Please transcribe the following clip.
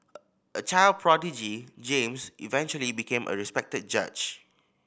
a child prodigy James eventually became a respected judge